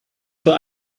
für